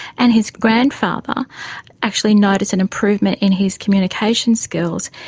and his grandfather actually noticed an improvement in his communication skills,